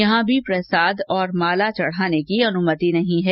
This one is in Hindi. यहां भी प्रसाद और माला चढ़ाने की अनुमति नहीं होगी